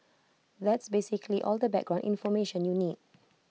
that's basically all the background information you need